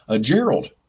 Gerald